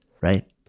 right